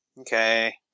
Okay